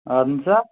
اَہن سا